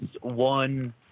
one